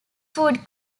food